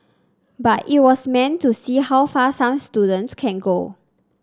but it was meant to see how far some students can go